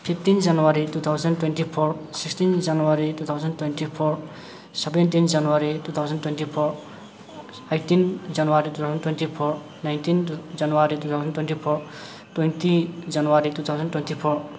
fifteen January two thousand twenty four sixteen January two thousand twenty four seventeen January two thousand twenty four eighteen January two thousand twenty four nineteen January two thousand twenty four twenty January two January twenty four